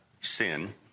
sin